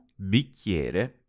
bicchiere